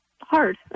hard